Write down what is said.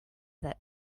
that